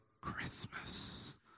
Christmas